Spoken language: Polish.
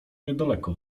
niedaleko